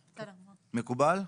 מקובל.